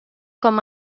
com